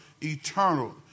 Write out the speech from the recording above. eternal